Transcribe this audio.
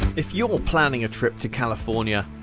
if you're planning a trip to california,